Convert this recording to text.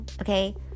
okay